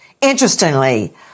Interestingly